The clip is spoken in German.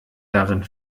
darin